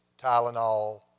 Tylenol